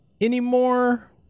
anymore